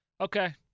Okay